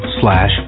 slash